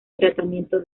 tratamiento